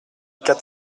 quatre